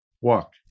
Walk